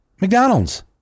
McDonald's